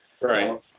Right